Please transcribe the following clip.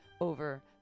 over